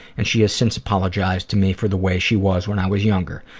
and she has since apologized to me for the way she was when i was younger.